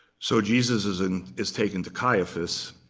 so jesus is and is taken to caiaphas.